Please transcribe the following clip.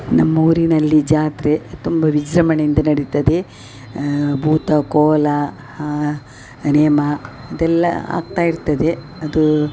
ನಮ್ಮೂರಿನಲ್ಲಿ ಜಾತ್ರೆ ತುಂಬ ವಿಜೃಂಭಣೆಯಿಂದ ನಡೆಯುತ್ತದೆ ಭೂತ ಕೋಲ ನೇಮ ಇದೆಲ್ಲ ಆಗ್ತಾ ಇರ್ತದೆ ಅದು